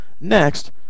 next